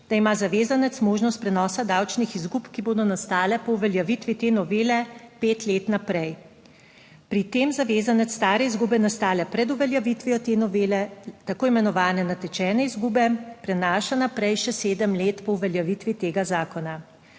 da ima zavezanec možnost prenosa davčnih izgub, ki bodo nastale po uveljavitvi te novele, pet let naprej. Pri tem zavezanec stare izgube nastale pred uveljavitvijo te novele, tako imenovane natečene izgube prenaša naprej še sedem let po uveljavitvi tega zakona.